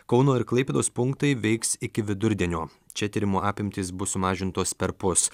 kauno ir klaipėdos punktai veiks iki vidurdienio čia tyrimų apimtys bus sumažintos perpus